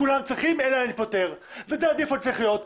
כולם צריכים אלא אם אני פוטר וזה הדיפולט שצריך להיות.